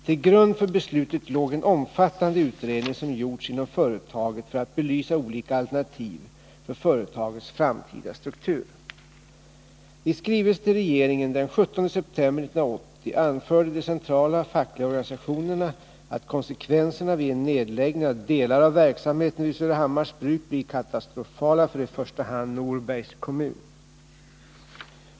Till grund för beslutet låg en omfattande utredning som gjorts inom företaget för att belysa olika alternativ för företagets framtida struktur. I skrivelse till regeringen den 17 september 1980 anförde de centrala fackliga organisationerna att konsekvenserna vid en nedläggning av delar av verksamheten vid Surahammars Bruk blir katastrofala för i första hand Norbergs kommun.